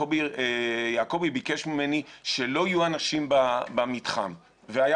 קובי יעקובי ביקש ממני שלא יהיו אנשים במתחם והיה